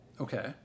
Okay